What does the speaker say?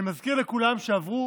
אני מזכיר לכולם שעברו